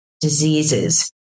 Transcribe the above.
diseases